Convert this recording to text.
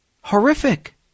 Horrific